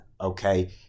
okay